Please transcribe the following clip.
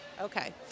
Okay